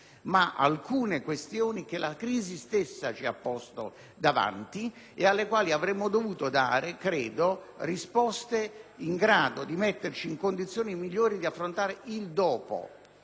- questioni che la crisi stessa ci ha posto dinanzi e alle quali avremmo dovuto dare - credo - risposte in grado di metterci nelle condizioni migliori di affrontare il dopo.